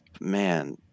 Man